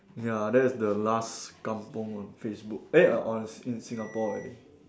ya that's the last kampung on Facebook eh err on in Singapore already